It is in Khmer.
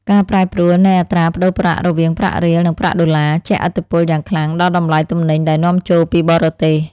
ការប្រែប្រួលនៃអត្រាប្តូរប្រាក់រវាងប្រាក់រៀលនិងប្រាក់ដុល្លារ ជះឥទ្ធិពលយ៉ាងខ្លាំងដល់តម្លៃទំនិញដែលនាំចូលពីបរទេស។